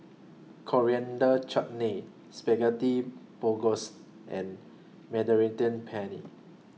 Coriander Chutney Spaghetti Bolognese and Mediterranean Penne